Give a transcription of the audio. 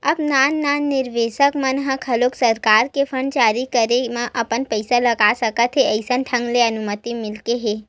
अब नान नान निवेसक मन ह घलोक सरकार के बांड जारी करे म अपन पइसा लगा सकत हे अइसन ढंग ले अनुमति मिलगे हे